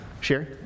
Sherry